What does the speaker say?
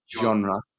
genre